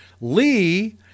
Lee